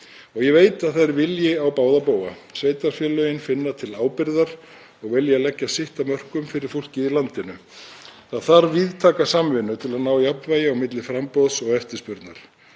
Ég veit að það er vilji á báða bóga. Sveitarfélögin finna til ábyrgðar og vilja leggja sitt af mörkum fyrir fólkið í landinu. Það þarf víðtæka samvinnu til að ná jafnvægi milli framboðs og eftirspurnar.